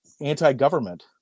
anti-government